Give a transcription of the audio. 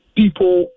people